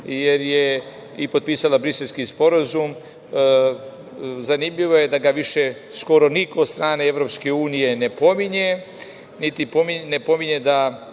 jer je i potpisala Briselski sporazum. Zanimljivo je da ga više skoro niko od strane Evropske unije ne pominje, niti pominje da